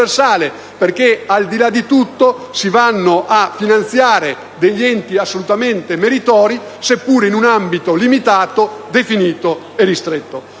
perché, al di là di tutto, si vanno a finanziare degli enti assolutamente meritori, seppure in un ambito limitato, definito e ristretto.